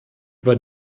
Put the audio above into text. war